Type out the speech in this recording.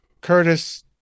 Curtis